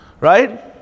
right